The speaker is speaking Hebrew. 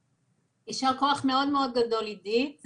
ישר כוח מאוד מאוד גדול עידית,